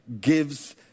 gives